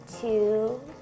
two